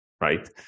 right